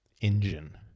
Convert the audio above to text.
engine